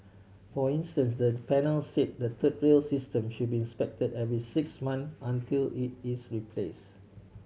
for instance the panel said the third rail system should be inspected every six months until it is replace